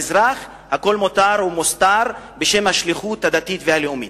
במזרח הכול מותר ומוסתר בשם השליחות הדתית והלאומית.